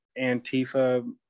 Antifa